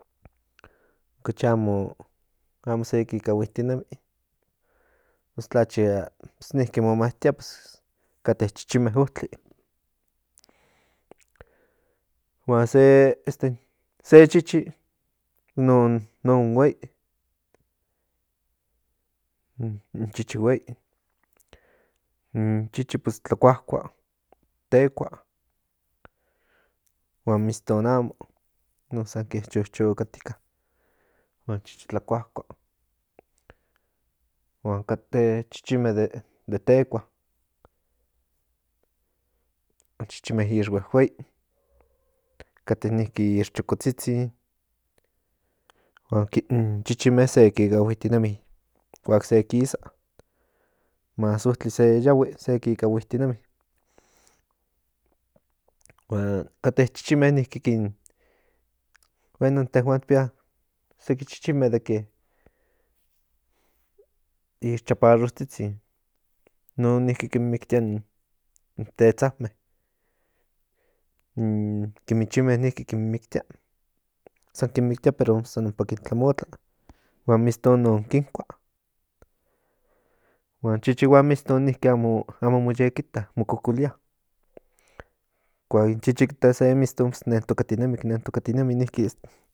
Ocachi amo se kikahuitinemi pues tlacha pues niki mo matia pues kate chichinme otli huan se este se chichi no non huei in chichi huei in chichi pues tla cuakua tekua huan miston amo non san ke chochokatika huan chichi tlakuakua huan kate chichinme de tekua in chichinme ixhuehuei kate niki de ixchocotzitzin huan chichi se kikahuitinemi kuak se kisamas otli se yahui sec kikahuitinemi huan kate chichinme kin bueno inntehuan tikpia seki chichinme que ixchaparrotzitzin in non niki kin miktia in tetzame in kimichinme niki kin miktia san kin miktia pero ompa kin tlamotla huan miston no kinkua huan chichi huan miston niki amo mo yek ita mo kokolia kuak in chichi kita se miston ki tokatinemi nen tokatinemin